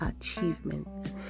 achievements